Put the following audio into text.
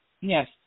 Yes